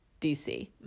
DC